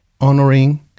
honoring